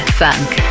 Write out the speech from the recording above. funk